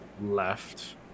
left